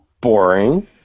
Boring